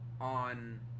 on